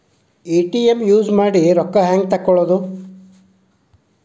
ATM use ಮಾಡಿ ರೊಕ್ಕ ಹೆಂಗೆ ತಕ್ಕೊಳೋದು?